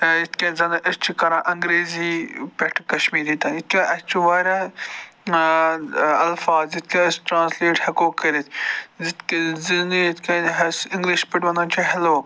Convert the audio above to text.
یِتھ کٔنۍ زَنہٕ أسۍ چھِ کَران انٛگریٖزی پٮ۪ٹھٕ کشمیری تانٮ۪تھ کیٛاہ اَسہِ چھُ وارِیاہ الفاظ یِتھ کٔنۍ أسۍ ٹرٛانٕسلیٹ ہٮ۪کو کٔرِتھ یِتھ زِ نہٕ یِتھ کٔنۍ اِنٛگلِش پٲٹھۍ وَنان چھِ ہٮ۪لو